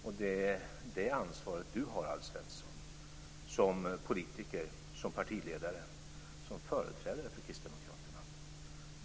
Och det är det ansvaret du har, Alf Svensson, som politiker, som partiledare, som företrädare för kristdemokraterna.